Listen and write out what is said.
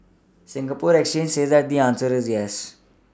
Singapore exchange says that the answer is yes